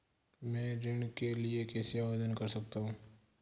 मैं ऋण के लिए कैसे आवेदन कर सकता हूं?